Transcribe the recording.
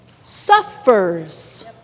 suffers